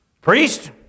Priest